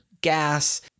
gas